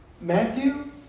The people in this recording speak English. Matthew